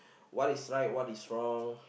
what is right what is wrong